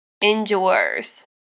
endures